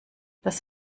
das